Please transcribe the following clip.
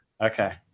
Okay